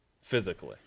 physically